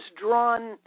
drawn